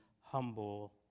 humble